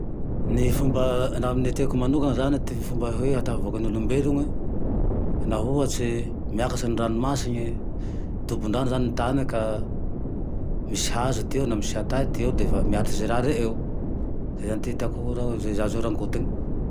Ny fomba, laha ame ty aiko manokana zane, ty fomba hoe aha tafavoaky ny olombelone, naha ohatse miakatse ny ranomasine dobon-drano zane ny tane ka misy hazo ty eo na misy hata ty eo de fa miaratsy ze rary eo, zay zane ty hitako ze azo rangotiny.